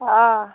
हँ